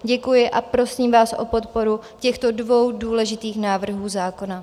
Děkuji a prosím vás o podporu těch dvou důležitých návrhů zákona.